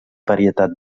varietat